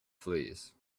fleas